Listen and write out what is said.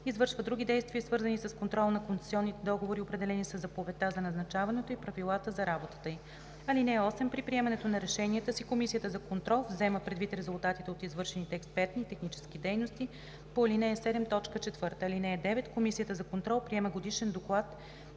извършва други действия, свързани с контрола на концесионните договори, определени със заповедта за назначаването и правилата за работата й. (8) При приемане на решенията си комисията за контрол взема предвид резултатите от извършените експертни и технически дейности по ал. 7, т. 4. (9) Комисията за контрол приема годишен доклад